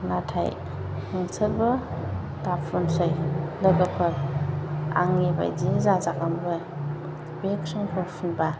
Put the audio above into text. नाथाय नोंसोरबो दा फुनसै लोगोफोर आंनि बायदि जाजागोनबो बे क्रिमखौ फुनबा